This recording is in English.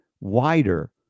wider